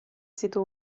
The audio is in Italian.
sito